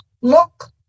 look